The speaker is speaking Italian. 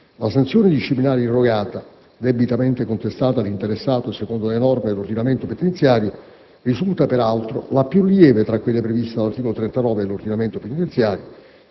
La sanzione disciplinare irrogata, debitamente contestata all'interessato secondo le norme dell'ordinamento penitenziario, risulta, peraltro, la più lieve tra quelle previste dall'articolo 39 del medesimo penitenziario